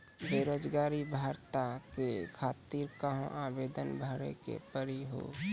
बेरोजगारी भत्ता के खातिर कहां आवेदन भरे के पड़ी हो?